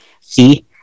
See